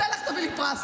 צא, לך תביא לי פרס.